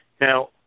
Now